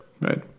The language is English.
Right